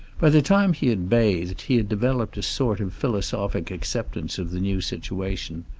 by the time he had bathed he had developed a sort of philosophic acceptance of the new situation.